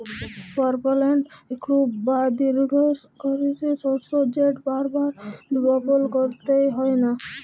permanent crop বা দীঘ্ঘস্থায়ী শস্য যেট বার বার বপল ক্যইরতে হ্যয় লা